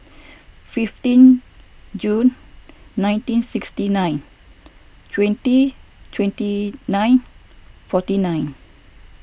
fifteen June nineteen sixty nine twenty twenty nine forty nine